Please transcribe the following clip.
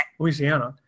louisiana